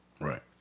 Right